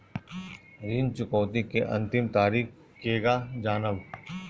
ऋण चुकौती के अंतिम तारीख केगा जानब?